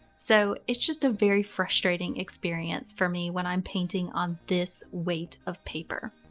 so it's just a very frustrating experience for me when i'm painting on this weight of paper.